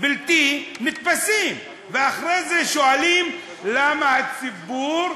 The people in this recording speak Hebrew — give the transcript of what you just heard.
בלתי נתפסים, ואחרי זה שואלים: למה הציבור,